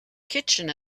kitchen